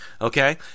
okay